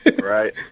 Right